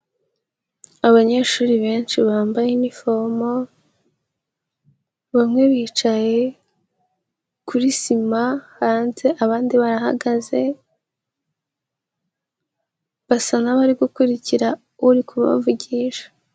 Abanyeshuri benshi bambaye inifomo, bamwe bicaye kuri sima hanze abandi barahagaze, basa n'abari gukurikira uri kubavugisha.